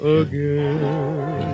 again